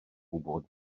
gwybod